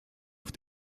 auf